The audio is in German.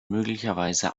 möglicherweise